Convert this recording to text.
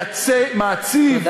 מעציב,